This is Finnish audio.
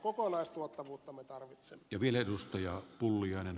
kokonaistuottavuutta me tarvitsemme